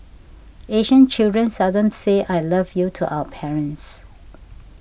Asian children seldom say I love you to our parents